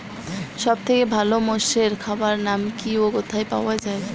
সব থেকে ভালো মোষের খাবার নাম কি ও কোথায় পাওয়া যায়?